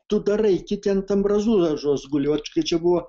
tu darai kiti ant ambrazūros žus guli kai čia buvo